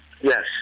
Yes